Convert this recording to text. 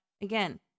again